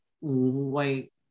wait